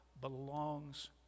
belongs